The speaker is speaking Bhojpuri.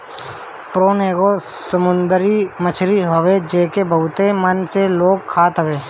प्रोन एगो समुंदरी मछरी हवे जेके बहुते मन से लोग खात हवे